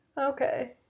okay